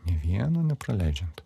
nė vieno nepraleidžiant